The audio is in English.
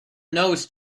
nose